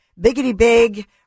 biggity-big